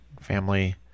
family